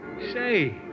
Say